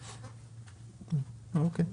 אוקיי,